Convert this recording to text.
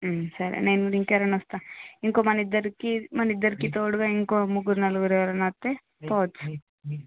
సరే నేను కూడా ఇంకెవరన్నా వస్తా ఇంకో మనిద్దరికీ మనిద్దరికీ తోడుగా ఇంకో ముగ్గురు నలుగురు ఎవరన్నా వస్తే పోవచ్చు